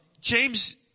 James